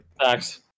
Thanks